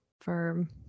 firm